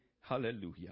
Hallelujah